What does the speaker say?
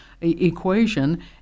equation